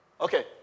Okay